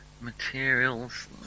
Materials